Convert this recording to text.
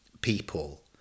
people